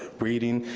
reading.